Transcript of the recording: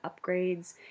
upgrades